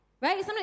right